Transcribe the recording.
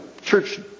church